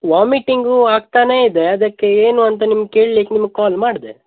vomiting ಆಗ್ತಲೇ ಇದೆ ಅದಕ್ಕೆ ಏನು ಅಂತ ನಿಮ್ಗೆ ಕೇಳ್ಲಿಕ್ಕೆ ನಿಮ್ಗೆ ಕಾಲ್ ಮಾಡಿದೆ